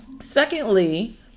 Secondly